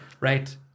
right